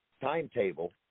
timetable